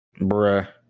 Bruh